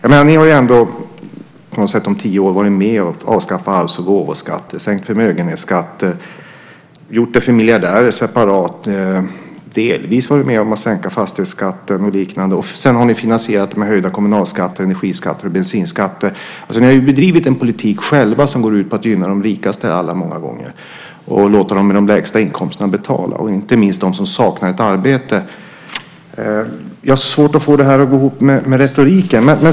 Under tio år har ni varit med och avskaffat arvs och gåvoskatten och sänkt förmögenhetsskatten. Ni har gjort det separat för miljardärer. Ni har delvis varit med om att sänka fastighetsskatten och liknande. Detta har ni sedan finansierat med höjda kommunalskatter, energiskatter och bensinskatter. Ni har själva bedrivit en politik som många gånger går ut på att gynna de allra rikaste och låta dem med de minsta inkomsterna betala, inte minst de som saknar ett arbete. Jag har svårt att få det här att gå ihop med retoriken.